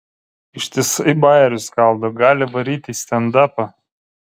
ištisai bajerius skaldo gali varyt į stendapą